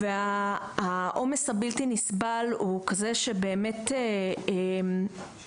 והעומס הבלתי נסבל הוא כזה שבאמת קשה